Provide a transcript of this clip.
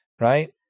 Right